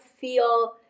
feel